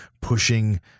pushing